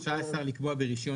לקבוע ברישיון